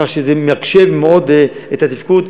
כך שזה מקשה מאוד את התפקוד.